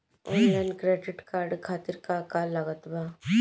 Online credit card खातिर का का लागत बा?